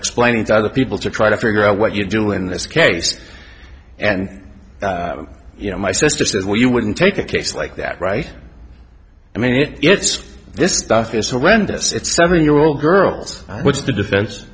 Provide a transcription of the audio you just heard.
explaining to other people to try to figure out what you do in this case and you know my sister says well you wouldn't take a case like that right i mean it's this stuff is horrendous it's seven year old girls which the defen